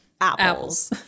Apples